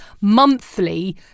monthly